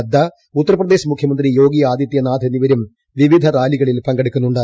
നദ്ദ ഉത്തർപ്രദേശ് മുഖ്യമന്ത്രി യോഗി ആദിത്യനാഥ് എന്നിവരും വിവിധ റാലികളിൽ പങ്കെടുക്കുന്നുണ്ട്